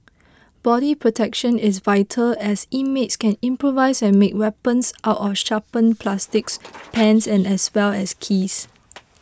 body protection is vital as inmates can improvise and make weapons out of sharpened plastics pens as well as keys